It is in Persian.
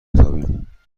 بتابیم